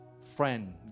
friend